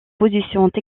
positions